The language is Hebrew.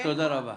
תודה רבה.